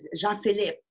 Jean-Philippe